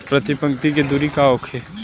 प्रति पंक्ति के दूरी का होखे?